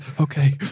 Okay